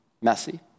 Messy